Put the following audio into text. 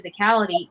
physicality